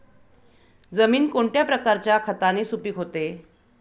जमीन कोणत्या प्रकारच्या खताने सुपिक होते?